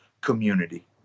community